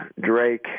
Drake